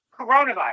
coronavirus